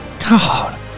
God